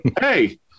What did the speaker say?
Hey